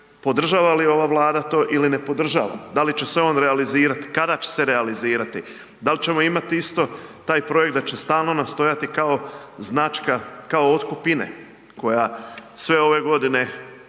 podržava li ova Vlada to, ili ne podržava, da li će se on realizirati, kada će se realizirati, da li ćemo imati isto taj projekt da će stalno nastojati kao značka, kao otkup INE koja sve ove godine